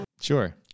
Sure